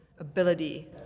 ability